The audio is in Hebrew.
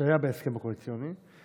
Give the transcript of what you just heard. שהיה בהסכם הקואליציוני,